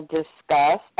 discuss